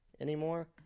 anymore